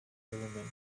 with